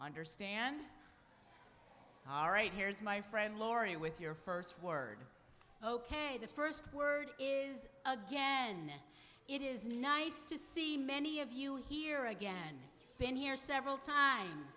understand all right here's my friend laurie with your first word ok the first word is again it is nice to see many of you here again been here several times